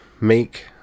make